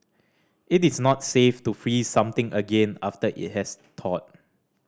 it is not safe to freeze something again after it has thawed